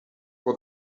for